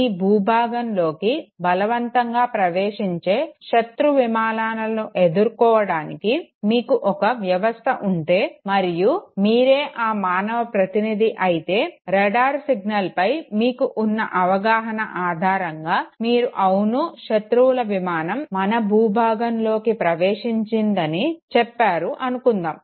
మీ భూభాగంలోకి బలవంతంగా ప్రవేశించే శత్రు విమానాలను ఎదుర్కోవటానికి మీకు ఒక వ్యవస్థ ఉంటే మరియు మీరే ఆ మానవ ప్రతినిధి అయితే రాడార్ సిగ్నల్ పై మీకు ఉన్న అవగాహన ఆధారంగా మీరు అవును శత్రువుల విమానం మన భూభాగంలోకి ప్రవేశించిందని చెప్పారు అనుకుందాము